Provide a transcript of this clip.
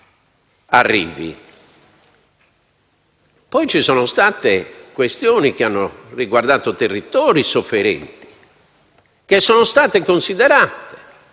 Poi ci sono state questioni che hanno riguardato territori sofferenti, che sono state considerate;